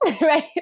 Right